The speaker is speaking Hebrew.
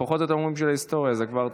לפחות אתם אומרים "של ההיסטוריה", זה כבר טוב.